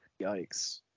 Yikes